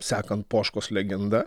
sekant poškos legenda